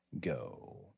go